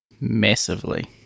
Massively